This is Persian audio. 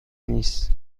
نیست